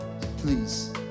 Please